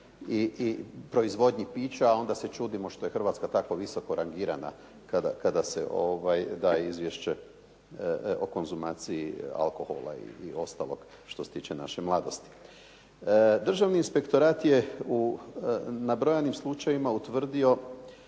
i proizvodnji pića a onda se čudimo što je Hrvatska tako visoko rangirana kada se daje izvješće o konzumaciji alkohola i ostalog što se tiče naše mladosti. Državni inspektorat je u nabrojanim slučajevima utvrdio